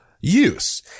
Use